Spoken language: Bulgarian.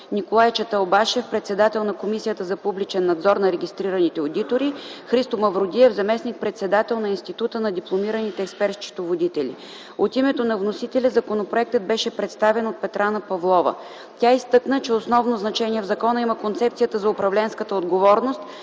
Николай Чаталбашев – председател на Комисията за публичен надзор на регистрираните одитори, Христо Маврудиев– заместник-председател на Института на дипломираните експерт-счетоводители. От името на вносителя законопроектът беше представен от Петрана Павлова. Тя изтъкна, че основно значение в закона има концепцията за управленската отговорност